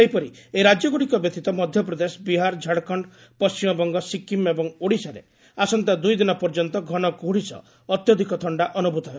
ସେହିପରି ଏହି ରାଜ୍ୟଗ୍ରଡ଼ିକ ବ୍ୟତୀତ ମଧ୍ୟପ୍ରଦେଶ ବିହାର ଝାଡ଼ଖଣ୍ଡ ପଶ୍ଚିମବଙ୍ଗ ସିକ୍ରିମ୍ ଏବଂ ଓଡ଼ିଶାରେ ଆସନ୍ତା ଦୂଇ ଦନ ପର୍ଯ୍ୟନ୍ତ ଘନ କୁହୁଡ଼ି ସହ ଅତ୍ୟଧିକ ଥଣ୍ଡା ଅନୁଭୂତ ହେବ